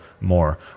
more